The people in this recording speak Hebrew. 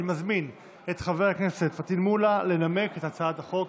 אני מזמין את חבר הכנסת פטין מולא לנמק את הצעת החוק.